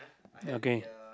okay